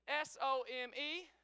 S-O-M-E